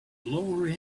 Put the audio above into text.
lower